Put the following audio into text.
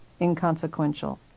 Inconsequential